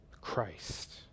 Christ